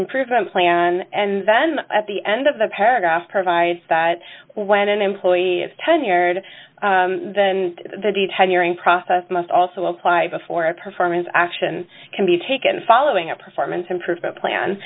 improvement plan and then at the end of the paragraph provides that when an employee is tenured then the deed hearing process must also apply before a performance action can be taken following a performance improvement plan